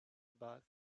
about